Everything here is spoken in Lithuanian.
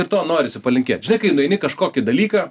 ir to norisi palinkėt žinai kai nueini į kažkokį dalyką